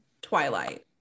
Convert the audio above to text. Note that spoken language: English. Twilight